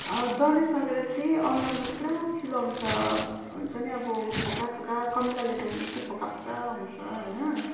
दलिसकेर चाहिँ अनुहारमा चाहिँ पुरा चिलाउँछ हुन्छ नि अब फोका फोका कमिलाले टोकेको जस्तो फोका फोका हुन्छ हैन